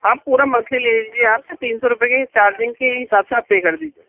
ہاں پورا منتھلی لے لیجیے آپ تین سو روپیے کے چارجنگ کے حساب سے آپ پے کر دیجیے